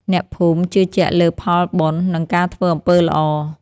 អ្នកភូមិជឿជាក់លើផលបុណ្យ និងការធ្វើអំពើល្អ។